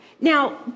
Now